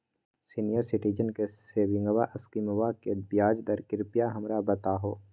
senior citizen के saving स्कीमवा के ब्याज दर कृपया हमरा बताहो